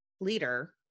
leader